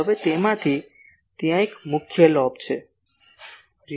હવે તેમાંથી ત્યાં એક મુખ્ય લોબ છે